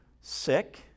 sick